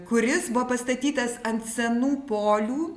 kuris buvo pastatytas ant senų polių